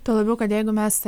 tuo labiau kad jeigu mes